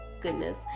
goodness